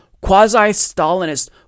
quasi-Stalinist